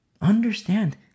understand